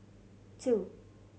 two